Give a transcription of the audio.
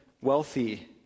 wealthy